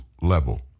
level